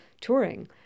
touring